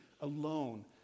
alone